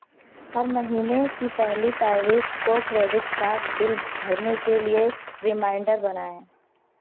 हर महीने की पहली तारीख को क्रेडिट कार्ड बिल भरने के लिए रिमाइंडर बनाएँ